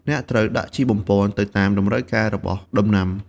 អ្នកត្រូវដាក់ជីបំប៉នទៅតាមតម្រូវការរបស់ដំណាំ។